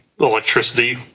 electricity